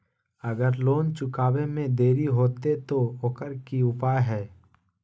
अगर लोन चुकावे में देरी होते तो ओकर की उपाय है?